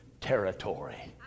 territory